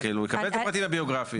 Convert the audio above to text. הוא יקבל את הפרטים הביוגרפיים.